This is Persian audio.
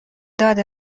داد